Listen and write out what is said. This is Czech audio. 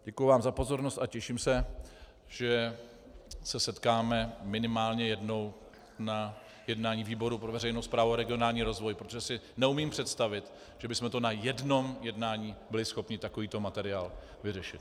Děkuju vám za pozornost a těším se, že se setkáme minimálně jednou na jednání výboru pro veřejnou správu a regionální rozvoj, protože si neumím představit, že bychom na jednom jednání byli schopni takovýto materiál vyřešit.